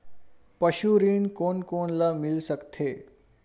पशु ऋण कोन कोन ल मिल सकथे?